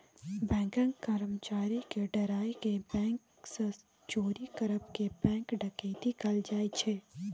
बैंकक कर्मचारी केँ डराए केँ बैंक सँ चोरी करब केँ बैंक डकैती कहल जाइ छै